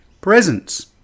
presents